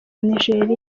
nigeriya